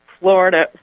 Florida